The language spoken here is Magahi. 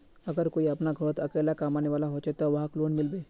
अगर कोई अपना घोरोत अकेला कमाने वाला होचे ते वहाक लोन मिलबे?